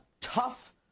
tough